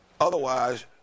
Otherwise